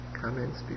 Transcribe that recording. comments